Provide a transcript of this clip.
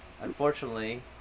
Unfortunately